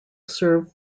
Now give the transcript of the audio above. serve